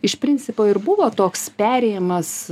iš principo ir buvo toks perėjimas